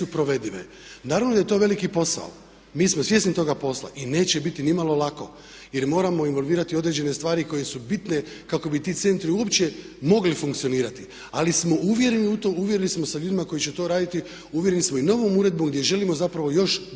Naravno da je to veliki posao, mi smo svjesni toga posla i neće biti nimalo lako jer moramo involvirati određene stvari koje su bitne kako bi ti centri uopće mogli funkcionirati. Ali smo uvjereni u to, uvjereni samo sa ljudima koji će to raditi, uvjereni smo i novom uredbom gdje želimo zapravo još dodatno